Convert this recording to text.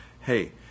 hey